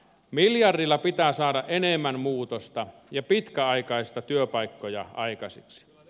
miljardilla pitää saada enemmän muutosta ja pitkäaikaisia työpaikkoja aikaiseksi